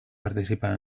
participa